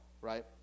right